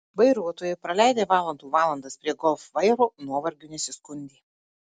vairuotojai praleidę valandų valandas prie golf vairo nuovargiu nesiskundė